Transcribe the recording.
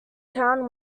town